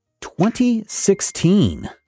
2016